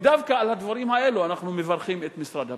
ודווקא על הדברים האלו אנחנו מברכים את משרד הפנים.